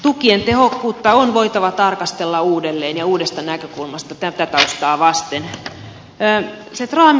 tukien tehokkuutta on voitava tarkastella uudelleen ja uudesta näkökulmasta tätä taustaa vasten